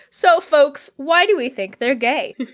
so folks, why do we think they're gay?